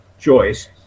choice